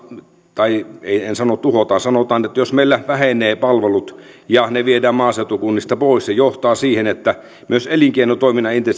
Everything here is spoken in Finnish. tai en sano tuhotaan vaan sanon että jos meillä vähenevät palvelut ja ne viedään maaseutukunnista pois niin se johtaa siihen että myös elinkeinotoiminnan